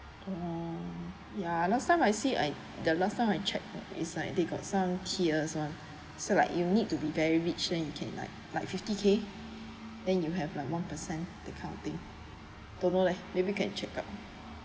oh ya some I see I the last time I checked is like they got some tiers one so like you need to be very rich then you can like like fifty K then you have like more percent that kind of thing don't know leh maybe can check up